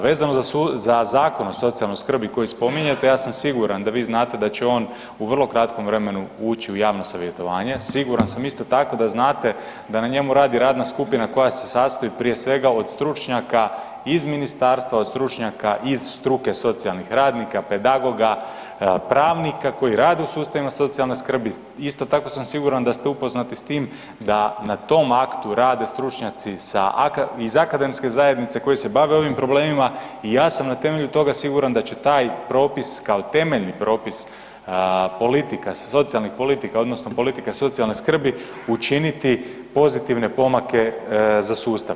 Vezano za Zakon o socijalnoj skrbi koji spominjete, ja sam siguran da vi znate da će on u vrlo kratkom vremenu ući u javno savjetovanje, siguran sam isto tako da znate da na njemu radi radna skupina koja se sastoji prije svega od stručnjaka iz ministarstva, od stručnjaka iz struke socijalnih radnika, pedagoga, pravnika koji rade u sustavima socijalne skrbi, isto tako sam siguran da ste upoznati s tim da na tom aktu rade stručnjaci iz akademske zajednice koji se bave ovim problemima i ja sam na temelju toga siguran da že taj propis kao temeljni propis politika, socijalnih politika odnosno politika socijalne skrbi, učiniti pozitivne pomake za sustav.